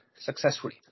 successfully